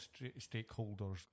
stakeholders